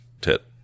tit